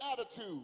attitude